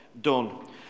done